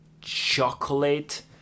chocolate